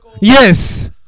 Yes